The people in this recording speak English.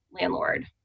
landlord